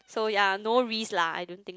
so yea no risk lah I don't think